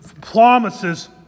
promises